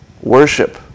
worship